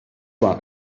one